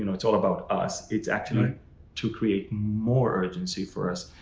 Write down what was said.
you know it's all about us. it's actually to create more urgency for us.